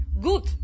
Good